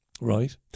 right